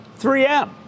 3M